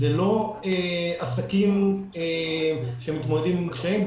זה לא עסקים שמתמודדים עם קשיים,